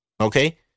Okay